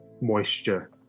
moisture